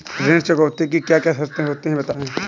ऋण चुकौती की क्या क्या शर्तें होती हैं बताएँ?